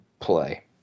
play